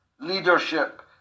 leadership